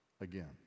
Again